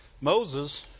Moses